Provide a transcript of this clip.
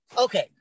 Okay